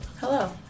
Hello